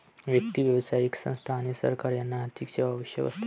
व्यक्ती, व्यावसायिक संस्था आणि सरकार यांना आर्थिक सेवा आवश्यक असतात